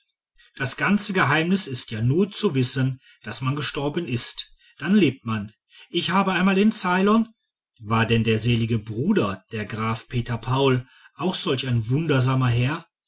das ganze geheimnis ist ja nur zu wissen daß man gestorben ist dann lebt man ich hab einmal in ceylon war denn der selige bruder der graf peter paul auch solch ein wundersamer herr